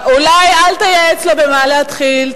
אולי אל תייעץ לו במה להתחיל?